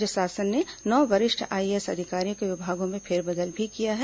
राज्य शासन ने नौ वरिष्ठ आईएएस अधिकारियों के विभागों में फेरबदल भी किया है